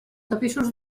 tapissos